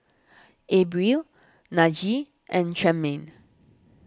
Abril Najee and Tremaine